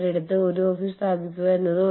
കാരണം ആളുകൾ വിവിധ രാജ്യങ്ങളിൽ നിന്ന് വരുന്നു